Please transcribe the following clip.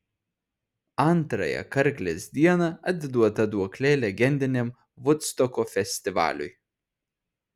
antrąją karklės dieną atiduota duoklė legendiniam vudstoko festivaliui